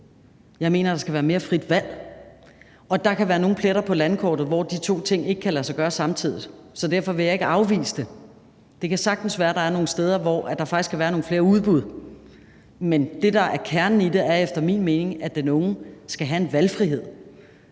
jeg mener, der skal være mere frit valg. Og der kan være nogle pletter på landkortet, hvor de to ting ikke kan lade sig gøre samtidig, så derfor vil jeg ikke afvise det. Det kan sagtens være, at der er nogle steder, hvor der faktisk kan være nogle flere udbud, men det, der er kernen i det, er efter min mening, at den unge skal have en valgfrihed.